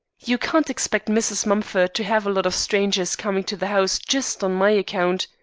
you can't expect mrs. mumford to have a lot of strangers coming to the house just on my account.